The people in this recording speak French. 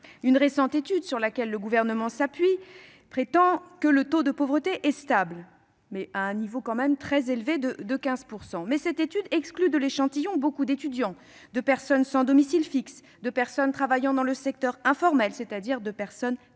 d'une récente étude, sur laquelle s'appuie le Gouvernement, prétendent que le taux de pauvreté serait stable, à un niveau tout de même très élevé de 15 %. Mais sont exclus de l'échantillon beaucoup d'étudiants, de personnes sans domicile fixe et de personnes travaillant dans le secteur informel, c'est-à-dire de personnes très